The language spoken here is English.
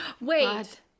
Wait